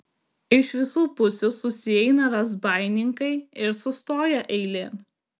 iš visų pusių susieina razbaininkai ir sustoja eilėn